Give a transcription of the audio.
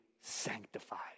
sanctified